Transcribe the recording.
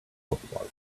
bookmark